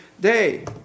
day